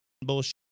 bullshit